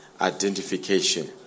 identification